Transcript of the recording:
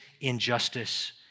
injustice